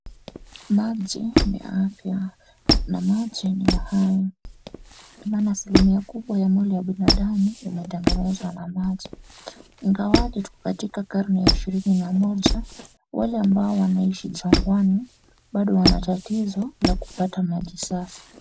Maji ni afya na maji ni uhai ndo maana asilimia kubwa ya mwili wa binadamu umetengenezwa na maji. Ingawaje tuko katika karne ishirini na moja, wale ambao wanaishi jangwani bado wana tatizo la kupata maji safi.